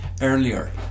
earlier